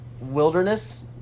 wilderness